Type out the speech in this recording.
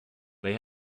they